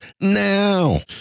now